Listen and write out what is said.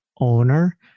owner